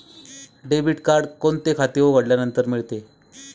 Debit card कोणते खाते उघडल्यानंतर मिळते?